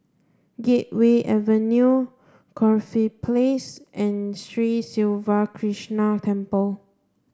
Gateway Avenue Corfe Place and Sri Siva Krishna Temple